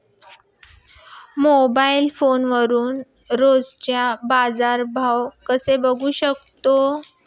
Mobile फोनवरून रोजचा बाजारभाव कसा बघू शकतो?